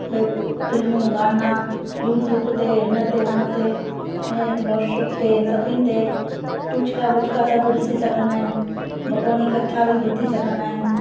भई फिल्मूं गाना यूटूब ते हुन ते हुन ते ऐं वॉट्सप ते टुचका वुचका सभु ॾिसी सघंदा आहियूं भॻवान जी कथा बि ॿुधी सघंदा आहियूं